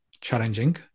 challenging